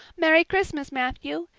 merry christmas, matthew!